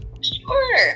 sure